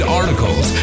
articles